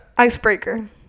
icebreaker